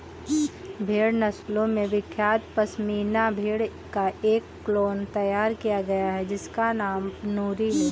भेड़ नस्लों में विख्यात पश्मीना भेड़ का एक क्लोन तैयार किया गया है जिसका नाम नूरी है